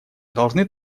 должны